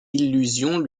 illusions